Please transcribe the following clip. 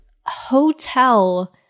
hotel